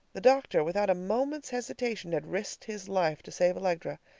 the doctor, without a moment's hesitation, had risked his life to save allegra.